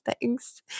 thanks